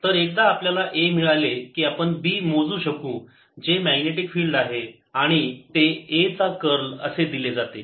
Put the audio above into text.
तर एकदा आपल्याला A मिळाले की आपण B मोजू शकू जे मॅग्नेटिक फिल्ड आहे आणि ते A चा कर्ल असे दिले जाते